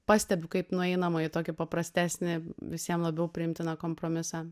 pastebiu kaip nueinama į tokį paprastesnį visiem labiau priimtiną kompromisą